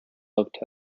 looked